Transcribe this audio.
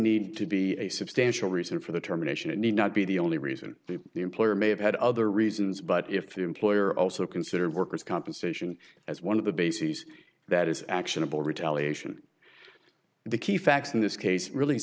need to be a substantial reason for the terminations need not be the only reason the employer may have had other reasons but if the employer also considered workers compensation as one of the bases that is actionable retaliation the key facts in this case really